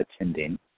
attending